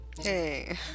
Hey